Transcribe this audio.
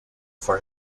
for